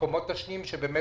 לכל